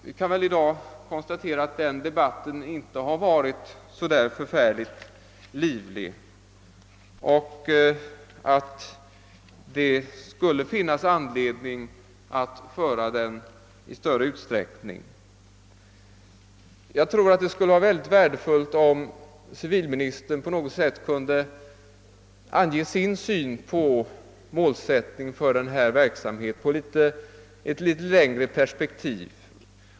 Vi kan i dag konstatera att den debatten inte har varit så förfärligt livlig och att det kan finnas anledning intensifiera den. Det skulle vara synnerligen värdefullt om civilministern på något sätt kunde ange sin syn på målsättningen för denna verksamhet i ett något längre perspektiv.